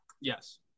yes